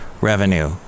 revenue